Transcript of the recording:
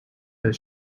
has